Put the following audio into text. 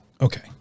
Okay